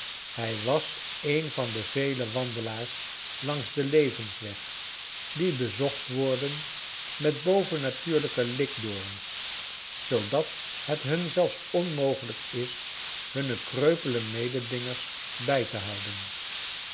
hij was een van de vele wandelaars la ngs den levensweg die bezocht worden met bovennatuurlijke likdorens zoodat het hun zelfs onrnogelijk is hunne kreupele mededingers bij te houden